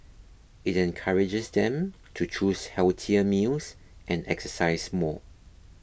it encourages them to choose healthier meals and exercise more